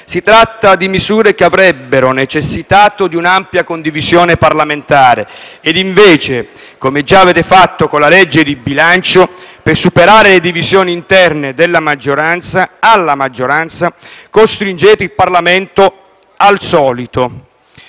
Si tratta di misure che avrebbero necessitato di un'ampia condivisione parlamentare e, invece - come già avete fatto con la legge di bilancio - per superare divisioni interne alla maggioranza costringete il Parlamento, come al solito,